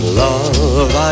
love